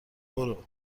برو